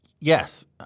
Yes